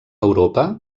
europa